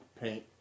paint